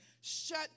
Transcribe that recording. shut